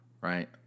right